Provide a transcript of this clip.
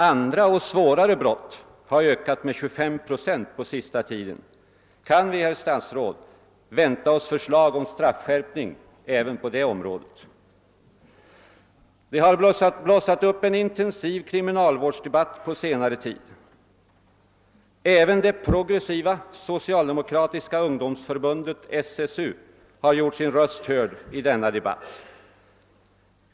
Andra och svårare brott har den scnaste tiden ökat med 25 procent. Kan vi, herr statsråd, vänta oss förslag om straffskärpning även på det området? Det har blossat upp en intensiv kriminalvårdsdebatt på senare tid. Även det — progressiva = socialdemokratiska ungdomsförbundet, SSU, har gjort sin röst hörd i denna debatt.